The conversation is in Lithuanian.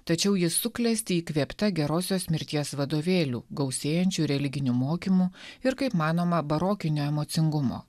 tačiau ji suklesti įkvėpta gerosios mirties vadovėlių gausėjančių religinių mokymų ir kaip manoma barokinio emocingumo